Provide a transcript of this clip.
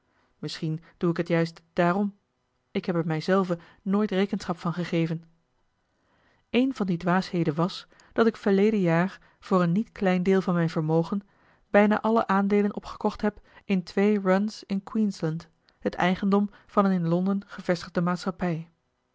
misschien doe ik het juist daarom ik heb er mij zelven nooit rekenschap van gegeven eene van die dwaasheden was dat ik verleden jaar voor een niet klein deel van mijn vermogen bijna alle aandeelen opgekocht heb in twee runs in queensland het eigendom van eene in londen gevestigde maatschappij